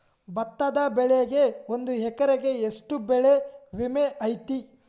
ಭತ್ತದ ಬೆಳಿಗೆ ಒಂದು ಎಕರೆಗೆ ಎಷ್ಟ ಬೆಳೆ ವಿಮೆ ಐತಿ?